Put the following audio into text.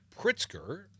Pritzker